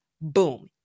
Boom